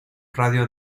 radio